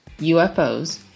UFOs